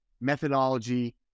methodology